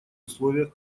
условиях